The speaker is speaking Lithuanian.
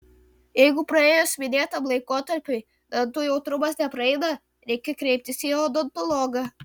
jeigu praėjus minėtam laikotarpiui dantų jautrumas nepraeina reikia kreiptis į odontologą